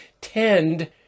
tend